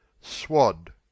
swad